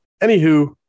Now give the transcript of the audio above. Anywho